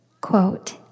Quote